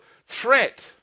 threat